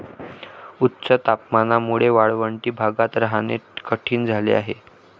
उच्च तापमानामुळे वाळवंटी भागात राहणे कठीण झाले आहे